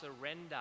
surrender